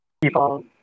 people